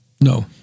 No